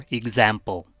example